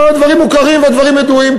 והדברים מוכרים והדברים ידועים,